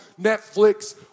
Netflix